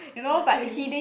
okay